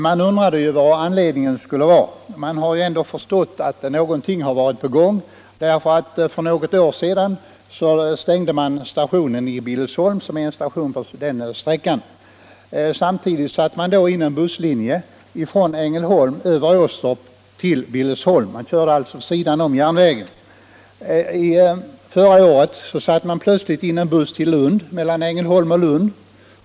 Man undrar vad anledningen härtill kunde vara, även om man förstått att någonting skulle ske eftersom stationen Billesholm på sträckan i fråga stängdes för något år sedan. Samtidigt satte SJ vid sidan om järnvägen in en busslinje från Ängelholm över Åstorp till Billesholm. Förra året sattes det dessutom plötsligt in en buss mellan Ängelholm och Lund.